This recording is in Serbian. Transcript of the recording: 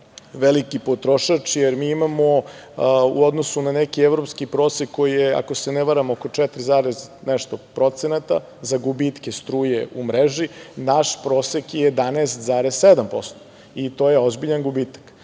veliki potrošač, jer mi imamo u odnosu na neki evropski prosek, koji je, ako se ne varam, oko četiri i nešto procenata za gubitke struje u mreži, naš prosek je 11,7% i to je ozbiljan gubitak.